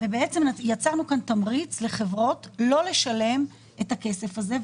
ובעצם יצרנו כאן תמריץ לחברות לא לשלם את הכסף הזה,